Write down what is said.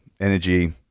energy